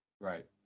Right